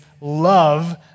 love